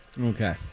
Okay